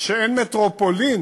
שאין מטרופולין